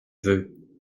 veux